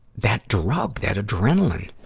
that drug, that adrenaline.